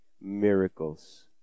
miracles